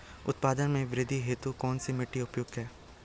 उत्पादन में वृद्धि हेतु कौन सी मिट्टी उपयुक्त है?